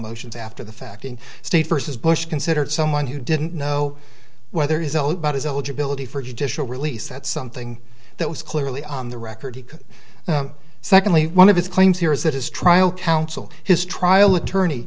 motions after the fact in state versus bush considered someone who didn't know whether he's all about his eligibility for judicial release that's something that was clearly on the record secondly one of his claims here is that his trial counsel his trial attorney